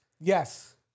Yes